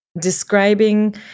describing